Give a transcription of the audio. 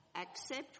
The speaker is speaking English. Accept